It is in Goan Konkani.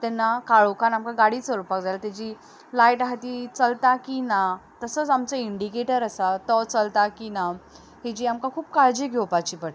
तेन्ना काळोखान आमकां गाडी चलोपाक जाय जाल्यार तेजी लायट आसा ती चलता की ना तसोच आमचो इंडीकेटर आसा तो चलता की ना हाजी आमकां खूब काळजी घेवपाची पडटा